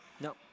No